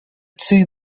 two